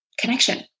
Connection